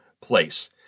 place